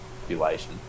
population